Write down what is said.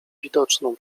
widoczną